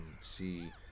see